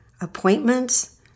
appointments